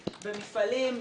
במפעלים.